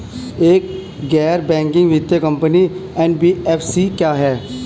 एक गैर बैंकिंग वित्तीय कंपनी एन.बी.एफ.सी क्या है?